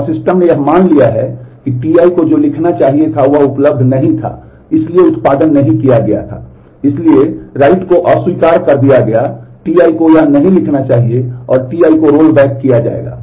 और सिस्टम ने यह मान लिया कि Ti को जो लिखना चाहिए था वह उपलब्ध नहीं था इसलिए उत्पादन नहीं किया गया था इसलिए राइट को अस्वीकार कर दिया गया Ti को यह नहीं लिखना चाहिए और Ti को रोलबैक किया जाएगा